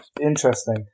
interesting